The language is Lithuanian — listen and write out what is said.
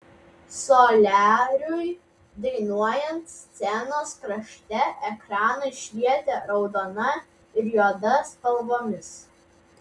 soliariui dainuojant scenos krašte ekranai švietė raudona ir juoda spalvomis